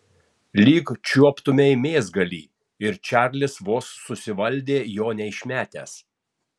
lyg čiuoptumei mėsgalį ir čarlis vos susivaldė jo neišmetęs